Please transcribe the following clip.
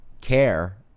care